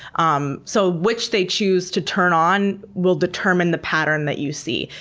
um so which they choose to turn on will determine the pattern that you see.